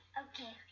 okay